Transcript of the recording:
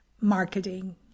marketing